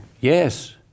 Yes